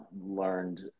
learned